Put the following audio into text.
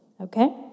Okay